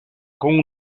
con